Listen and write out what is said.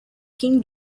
king